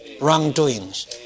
wrongdoings